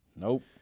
Nope